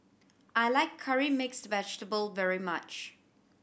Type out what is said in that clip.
I like Curry Mixed Vegetable very much